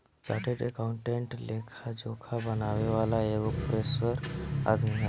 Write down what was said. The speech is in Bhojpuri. चार्टेड अकाउंटेंट लेखा जोखा बनावे वाला एगो पेशेवर आदमी हवे